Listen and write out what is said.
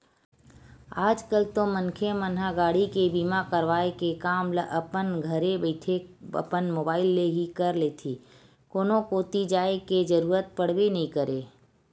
आज कल तो मनखे मन ह गाड़ी के बीमा करवाय के काम ल अपन घरे बइठे अपन मुबाइल ले ही कर लेथे कोनो कोती जाय के जरुरत पड़बे नइ करय